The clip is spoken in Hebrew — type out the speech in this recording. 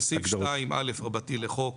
בסעיף 2.א רבתי לחוק